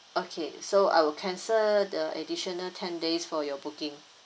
okay so I will cancel the additional ten days for your booking